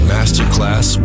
Masterclass